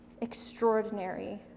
extraordinary